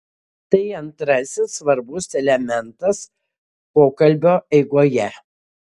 tai antrasis svarbus elementas pokalbio eigoje